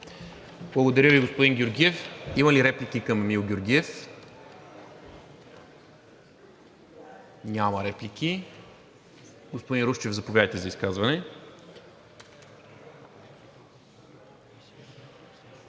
Благодаря Ви, господин Георгиев. Има ли реплики към Емил Георгиев? Няма. Господин Русчев, заповядайте за изказване.